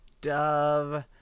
Dove